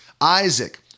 Isaac